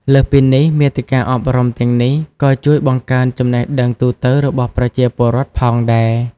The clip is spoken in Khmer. លើសពីនេះ មាតិកាអប់រំទាំងនេះក៏ជួយបង្កើនចំណេះដឹងទូទៅរបស់ប្រជាពលរដ្ឋផងដែរ។